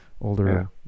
older